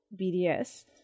BDS